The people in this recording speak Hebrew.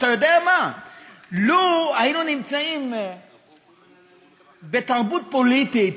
אתה יודע מה, לו היינו נמצאים בתרבות פוליטית